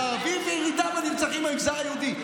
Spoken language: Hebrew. הערבי וירידה בנרצחים במגזר היהודי.